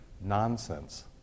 Nonsense